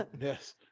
Yes